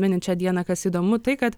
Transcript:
minint šią dieną kas įdomu tai kad